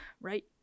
Right